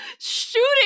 shooting